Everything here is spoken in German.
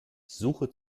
suche